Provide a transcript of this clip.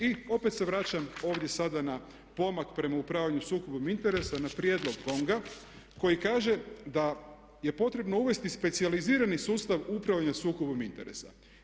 I opet se vraćam ovdje sada na pomak prema upravljanju sukobom interesa na prijedlog GONG-a koji kaže da je potrebno uvesti specijalizirani sustav upravljanja sukobom interesa.